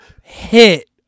hit